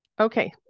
Okay